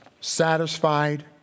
satisfied